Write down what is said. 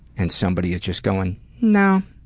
and somebody is just going no.